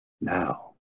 now